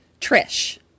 Trish